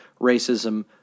racism